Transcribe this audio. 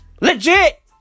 Legit